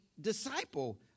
disciple